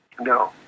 No